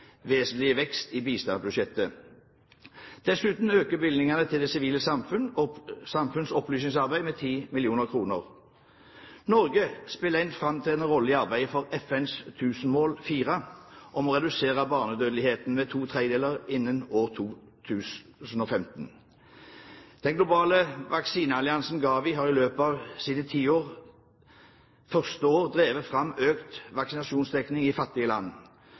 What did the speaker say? vekst i bistandsbudsjettet. Dessuten økes bevilgningen til det sivile samfunns opplysningsarbeid med 10 mill. kr. Norge spiller en framtredende rolle i arbeidet for FNs tusenårsmål 4 om å redusere barnedødeligheten med to tredjedeler innen år 2015. Den globale vaksinealliansen, GAVI, har i løpet av sine ti første år drevet fram økt vaksinedekning i fattige land.